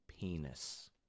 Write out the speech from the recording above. penis